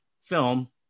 film